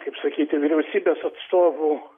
kaip sakyti vyriausybės atstovų